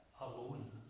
alone